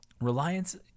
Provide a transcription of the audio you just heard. Reliance